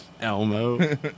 Elmo